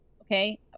Okay